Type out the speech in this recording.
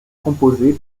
composée